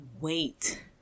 wait